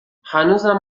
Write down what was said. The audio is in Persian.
هنوزم